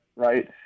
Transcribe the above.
Right